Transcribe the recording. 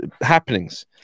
happenings